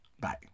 Bye